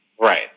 Right